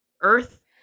Earth